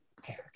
okay